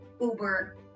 Uber